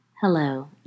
Hello